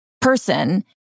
person